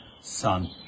son